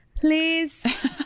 please